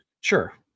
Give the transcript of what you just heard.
sure